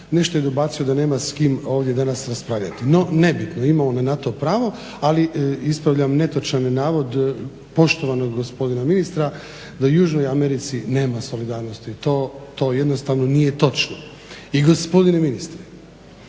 nešto je dobacio da nema s kim ovdje danas raspravljati. No, nebitno. Ima on na to pravo, ali ispravljam netočan navod poštovanog gospodina ministra da u Južnoj Americi nema solidarnosti. To jednostavno nije točno. I gospodine ministre